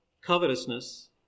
covetousness